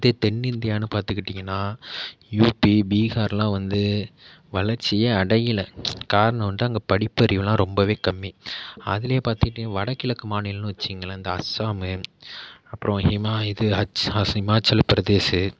அதே தென் இந்தியான்னு பார்த்துக்கிட்டிங்ன்னா உபி பீகார்லாம் வந்து வளர்ச்சியே அடையலை காரணம் வந்து அங்கே படிப்பறிவெலாம் ரொம்பவே கம்மி அதிலயே பார்த்துக்கிட்டிங்கன்னா வடகிழக்கு மாநிலம்னு வச்சுக்கோங்களன் இந்த அசாம் அப்புறோம் ஹிமா அச் இமாச்சலப்பிரதேஷ்